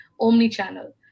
omni-channel